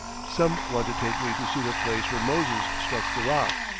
some want to take me to see the place where moses struck the rock,